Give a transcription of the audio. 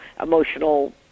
emotional